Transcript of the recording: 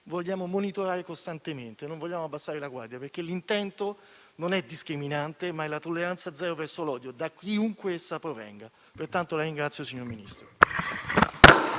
vogliamo monitorare costantemente, non vogliamo abbassare la guardia, perché l'intento non è discriminatorio, ma è ribadire la tolleranza zero verso l'odio, da chiunque esso provenga. Pertanto, la ringrazio, signor Ministro.